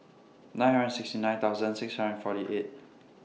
nine hundred sixty nine thousand six hundred forty eight